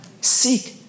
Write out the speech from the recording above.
Seek